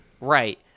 Right